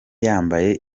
yambaye